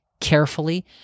carefully